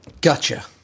Gotcha